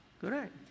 Correct